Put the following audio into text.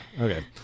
Okay